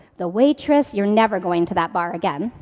the waitress. you're never going to that bar again,